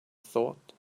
thought